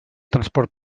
transport